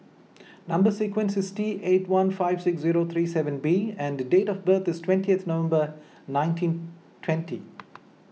Number Sequence is T eight one five six zero three seven B and date of birth is twentieth November nineteen twenty